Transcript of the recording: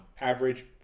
Average